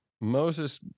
Moses